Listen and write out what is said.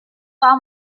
saw